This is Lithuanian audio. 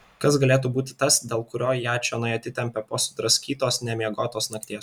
kas galėtų būti tas dėl kurio ją čionai atitempė po sudraskytos nemiegotos nakties